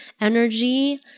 energy